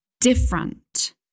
different